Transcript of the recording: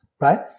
right